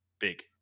big